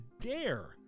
dare